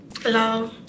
Hello